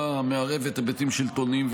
ולהעניק לה את ההגנות שקבועות